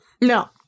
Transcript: No